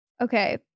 Okay